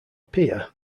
pier